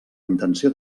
intenció